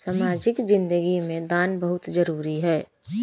सामाजिक जिंदगी में दान बहुत जरूरी ह